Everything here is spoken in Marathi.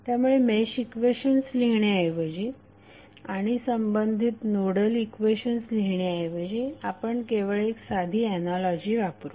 त्यामुळे मेश इक्वेशन्स लिहिण्याऐवजी आणि संबंधित नोडल इक्वेशन्स लिहिण्याऐवजी आपण केवळ साधी एनोलॉजी वापरू